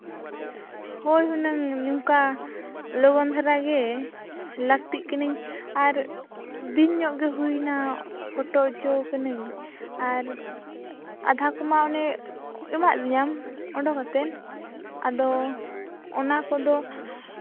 ᱦᱳᱭ ᱦᱩᱱᱟᱹᱝ ᱱᱚᱝᱠᱟ ᱞᱚᱜᱚᱱ ᱫᱷᱟᱨᱟ ᱜᱮ ᱞᱟᱹᱠᱛᱤᱜ ᱠᱟᱹᱱᱟᱹᱧ ᱟᱨ ᱫᱤᱱ ᱧᱚᱜ ᱜᱮ ᱦᱩᱭᱮᱱᱟ ᱯᱷᱳᱴᱳ ᱦᱚᱪᱚ ᱟᱠᱟᱱᱟᱹᱧ ᱟᱨ ᱟᱫᱷᱟ ᱠᱚᱢᱟ ᱚᱱᱮ ᱮᱢᱟᱜ ᱞᱤᱧᱟᱹᱢ ᱚᱰᱳᱠ ᱠᱟᱛᱮᱫ ᱟᱫᱚ ᱚᱱᱟ ᱠᱚᱫᱚ